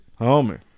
Homie